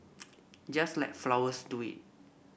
just let flowers do it